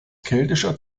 keltischer